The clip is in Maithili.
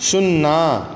शुन्ना